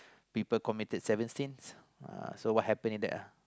people committed seven sins uh so what happened in that lah